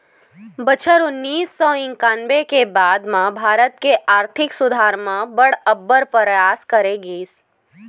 बछर उन्नीस सौ इंकानबे के बाद म भारत के आरथिक सुधार बर अब्बड़ परयास करे गिस